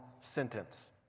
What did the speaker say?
sentence